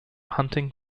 hunting